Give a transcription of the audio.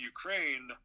Ukraine